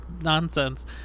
nonsense